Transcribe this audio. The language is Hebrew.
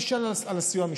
תשאל על הסיוע המשפטי,